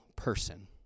Person